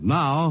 now